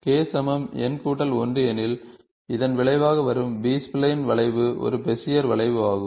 k n 1 எனில் இதன் விளைவாக வரும் பி ஸ்பைலைன் வளைவு ஒரு பெசியர் வளைவு ஆகும்